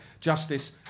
justice